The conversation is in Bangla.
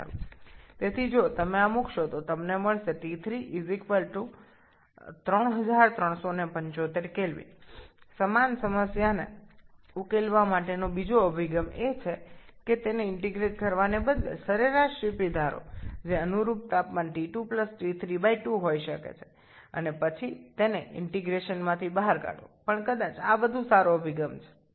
যদি এটা প্রতিস্থাপন করেন তবে আপনি পাবেন T3 3375 K একই সমস্যা সমাধানের আরেকটি পদ্ধতির হলো ইন্টিগ্রেশন এর পরিবর্তে একটি গড় Cp ধরে নেওয়া যা T2 T32 সংশ্লিষ্ট তাপমাত্রা হতে পারে এবং তারপরে এটি ইন্টিগ্রেশনের বাইরে নিয়ে আসতে হবে তবে সম্ভবত এটি আরও অনেক ভাল পদ্ধতির